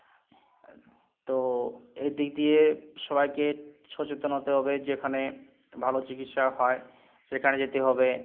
তো এই দিক দিয়ে সবাইকে সচেতন হতে হবে যেখানে ভালো চিকিৎসা হয় সেখানে যেতে হবে